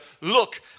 look